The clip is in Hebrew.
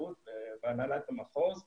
התנדבות והנהלת המחוז,